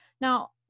Now